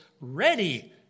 ready